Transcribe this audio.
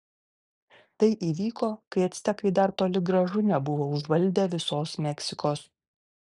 tai įvyko kai actekai dar toli gražu nebuvo užvaldę visos meksikos